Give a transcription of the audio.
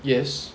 yes